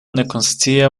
nekonscie